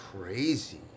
Crazy